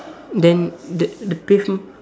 then the the pavement